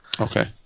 okay